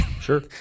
Sure